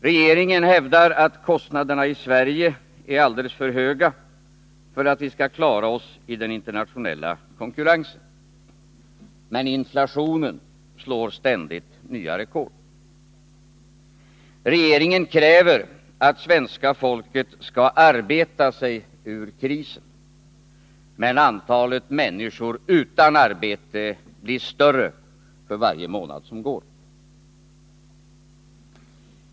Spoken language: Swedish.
Regeringen hävdar att kostnaderna i Sverige är alldeles för höga för att vi skall klara oss i den internationella konkurrensen. Men inflationen slår ständigt nya rekord. Regeringen kräver att svenska folket skall arbeta sig ur krisen. Men antalet människor utan arbete blir större för varje månad som går.